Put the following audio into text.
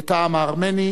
את העם הארמני,